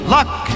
Luck